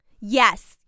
Yes